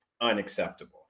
unacceptable